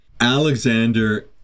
Alexander